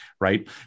right